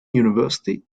university